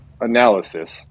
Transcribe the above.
analysis